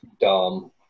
dumb